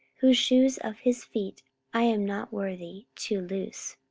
whose shoes of his feet i am not worthy to loose.